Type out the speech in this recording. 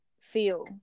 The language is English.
feel